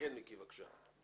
בבקשה מיקי.